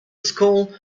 school